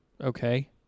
okay